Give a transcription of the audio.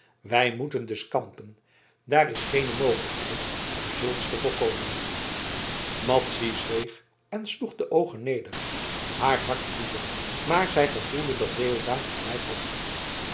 wij moeten dus kampen daar is geene mogelijkheid om zulks te voorkomen madzy zweeg en sloeg de oogen neder haar hart bloedde maar zij gevoelde dat deodaat gelijk had